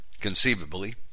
conceivably